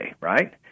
right